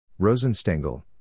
Rosenstengel